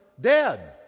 dead